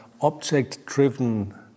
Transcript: object-driven